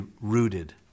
rooted